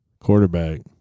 quarterback